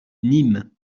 nîmes